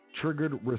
triggered